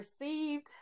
received